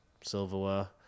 silverware